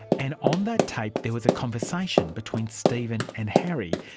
and on that tape, there was a conversation between stephen and harry,